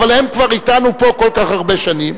אבל הם כבר אתנו פה כל כך הרבה שנים.